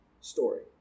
story